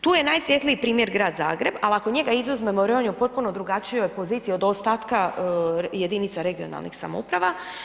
Tu je najsvjetliji primjer grad Zagreba ali ako njega izuzmemo jer on je u potpuno drugačijoj poziciji od ostatka jedinica regionalnih samouprava.